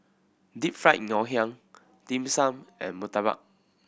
Deep Fried Ngoh Hiang Dim Sum and Murtabak